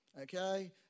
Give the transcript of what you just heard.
okay